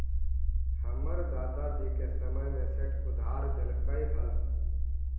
हमर दादा जी के समय में सेठ उधार देलकइ हल